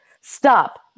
stop